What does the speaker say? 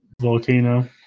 volcano